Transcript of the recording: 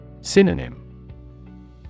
Synonym